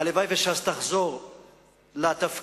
הלוואי שש"ס תחזור לתפקיד